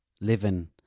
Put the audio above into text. living